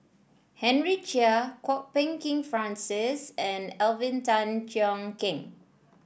Henry Chia Kwok Peng Kin Francis and Alvin Tan Cheong Kheng